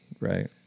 Right